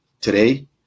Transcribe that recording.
Today